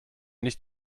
nicht